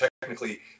technically